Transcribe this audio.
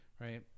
right